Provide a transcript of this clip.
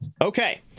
Okay